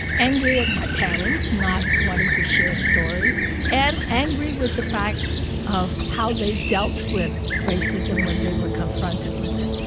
angry at my parents not wanting to share stories and angry with the fact of how they dealt with racism when they were confronted with it,